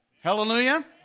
hallelujah